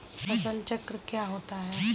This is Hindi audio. फसल चक्र क्या होता है?